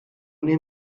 ohne